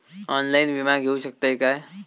Online विमा घेऊ शकतय का?